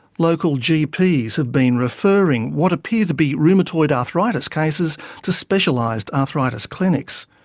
local gps have been referring what appear to be rheumatoid arthritis cases to specialised arthritis clinics.